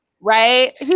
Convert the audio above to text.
Right